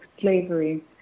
slavery